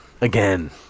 again